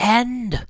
end